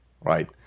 Right